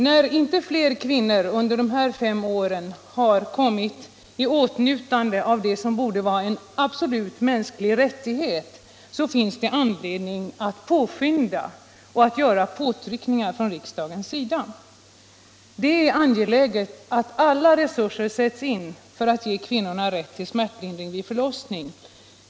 När inte fler kvinnor under de här fem åren har kommit i åtnjutande av det som borde vara en absolut mänsklig rättighet, så finns det anledning att påskynda och göra påtryckningar från riksdagens sida. Det är angeläget att alla resurser sätts in för att ge kvinnorna rätt till smärtlindring vid förlossning.